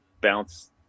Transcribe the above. bounce